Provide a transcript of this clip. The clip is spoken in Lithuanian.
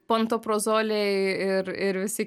pantoprazoliai ir ir visi